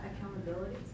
Accountability